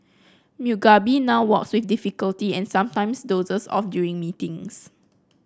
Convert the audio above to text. Mugabe now walks with difficulty and sometimes dozes off during meetings